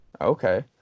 Okay